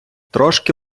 трошки